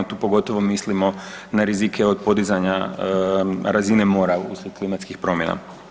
Tu pogotovo mislimo na rizike od podizanja razine mora uslijed klimatskih promjena.